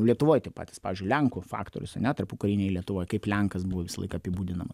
lietuvoj tie patys lenkų faktorius ane tarpukarinėj lietuvoj kaip lenkas buvo visąlaik apibūdinamas